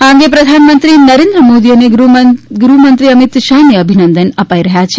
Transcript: આ અંગે પ્રધાનમંત્રી નરેન્દ્ર મોદી અને ગુહ્મંત્રી અમિત શાહને અભિનંદન અપાઇ રહ્યા છે